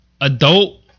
adult